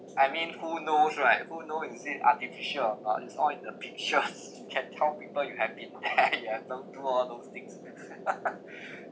I mean who knows right who know is it artificial or not it's all in the pictures you can tell people you have been there you have done do all those things